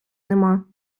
нема